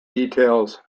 details